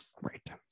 Right